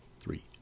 Three